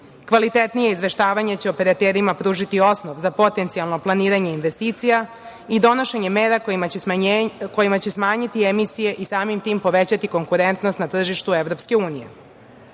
Kvalitetnije izveštavanje će operaterima pružiti osnov za potencijalno planiranje investicija i donošenje mera kojima će smanjiti emisije i samim tim povećati konkurentnost na tržištu EU.U